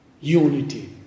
unity